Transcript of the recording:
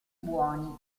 buoni